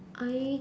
I